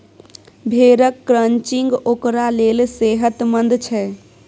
भेड़क क्रचिंग ओकरा लेल सेहतमंद छै